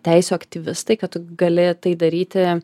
teisių aktyvistai kad tu gali tai daryti